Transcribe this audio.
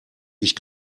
ich